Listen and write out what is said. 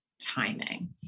Timing